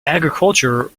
agriculture